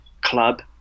club